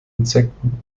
insekten